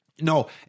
No